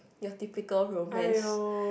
your typical romance